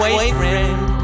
boyfriend